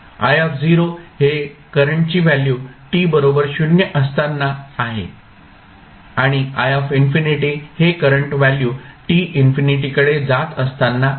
i हे करंटची value t बरोबर 0 असताना आहे आणि हे करंट व्हॅल्यू t इन्फिनिटीकडे जात असताना आहे